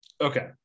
Okay